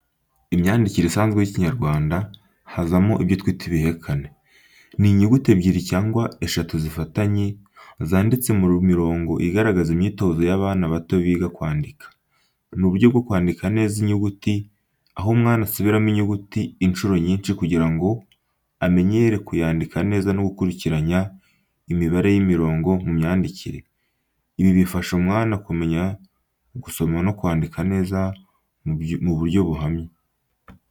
Imyandikire isanzwe y'ikinyarwanda hazamo ibyo twita ibihekane. Ni inyuguti ebyeri cyangwa eshatu zifatanye, zanditswe mu mirongo igaragaza imyitozo y’abana bato biga kwandika. Ni uburyo bwo kwandika neza nyuguti, aho umwana asubiramo inyuguti inshuro nyinshi kugira ngo amenyere kuyandika neza no gukurikiranya imibare y’imirongo mu myandikire. Ibi bifasha umwana kumenya gusoma no kwandika neza mu buryo buhamye.